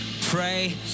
pray